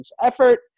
effort